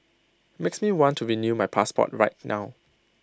makes me want to renew my passport right now